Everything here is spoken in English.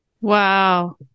Wow